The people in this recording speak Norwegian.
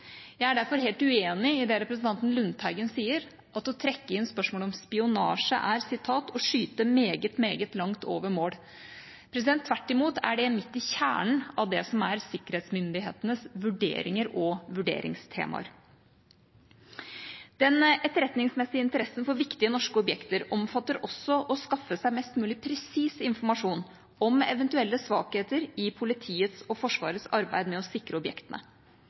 Jeg er derfor helt uenig i det representanten Lundteigen sier, at å trekke inn spørsmålet om spionasje er «å skyte meget, meget langt over mål». Tvert imot er det midt i kjernen av det som er sikkerhetsmyndighetenes vurderinger og vurderingstemaer. Den etterretningsmessige interessen for viktige norske objekter omfatter også å skaffe seg mest mulig presis informasjon om eventuelle svakheter i politiets og Forsvarets arbeid med å sikre objektene.